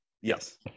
Yes